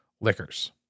liquors